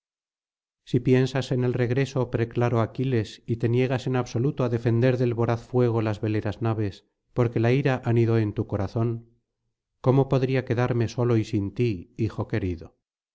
si piensas en el regreso preclaro aquiles y te niegas en absoluto á defender del voraz fuego las veleras naves porque la ira han ido en tu corazón cómo podría quedarme solo y sin ti hijo querido